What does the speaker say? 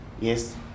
yes